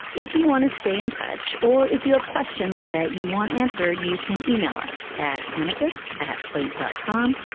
if you want to stay in touch or if you have questions that you want answered, you can e-mail us at amicus at slate dot com,